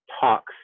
talks